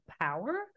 power